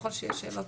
ככל שיהיה שאלות